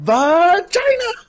Vagina